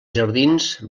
jardins